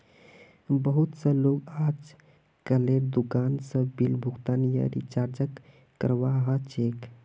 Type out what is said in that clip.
बहुत स लोग अजकालेर दुकान स बिल भुगतान या रीचार्जक करवा ह छेक